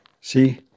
see